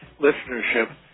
listenership